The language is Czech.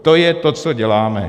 To je to, co děláme.